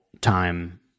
time